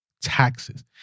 taxes